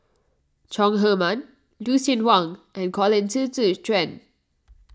Chong Heman Lucien Wang and Colin Qi Zhe Quan